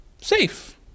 safe